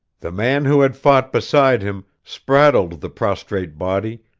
the man who had fought beside him spraddled the prostrate body,